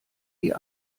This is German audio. die